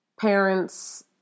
parents